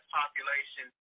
population